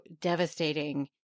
devastating